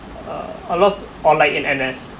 uh a lot or like in N_S